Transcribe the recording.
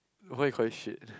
why you call it shit